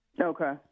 Okay